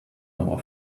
our